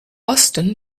osten